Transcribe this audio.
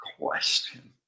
question